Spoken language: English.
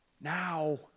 Now